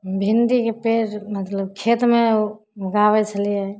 भिण्डीके पेड़ मतलब खेतमे उगाबै छलिए